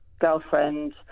girlfriend